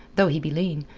though he be lean.